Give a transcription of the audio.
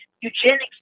Eugenics